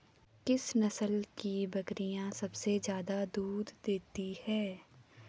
किस नस्ल की बकरीयां सबसे ज्यादा दूध देती हैं?